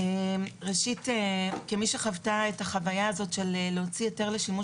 כמי שחוותה את החוויה הזאת של הוצאת היתר לשימוש